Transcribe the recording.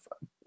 fun